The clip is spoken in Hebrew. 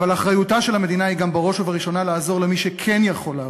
אבל אחריותה של המדינה היא גם בראש ובראשונה לעזור למי שכן יכול לעבוד,